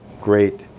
great